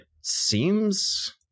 seems